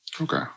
Okay